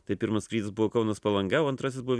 tai pirmas skrydis buvo kaunas palanga o antrasis buvo